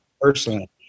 personally